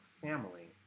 family